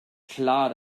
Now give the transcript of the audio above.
klar